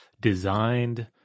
designed